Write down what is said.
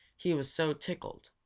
he was so tickled.